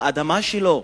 על האדמה שלו.